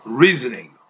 reasoning